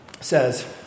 says